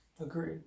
agreed